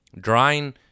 drawing